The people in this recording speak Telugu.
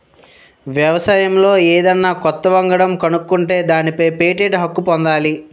వ్యవసాయంలో ఏదన్నా కొత్త వంగడం కనుక్కుంటే దానిపై పేటెంట్ హక్కు పొందాలి